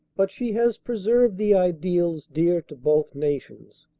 but she has pre served the ideals dear to both nations.